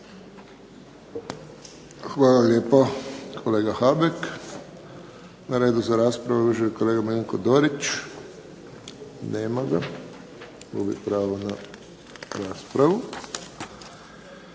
Hvala lijepo, kolega Habek. Na redu za raspravu je uvaženi kolega Miljenko Dorić. Nema ga. Gubi pravo na raspravu.